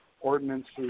ordinances